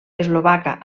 eslovaca